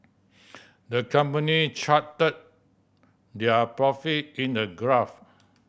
the company charted their profit in a graph